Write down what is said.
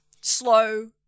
slow